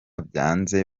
byanze